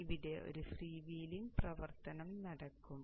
അതിനാൽ ഇവിടെ ഒരു ഫ്രീ വീലിംഗ് പ്രവർത്തനം നടക്കും